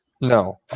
No